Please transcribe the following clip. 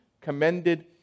commended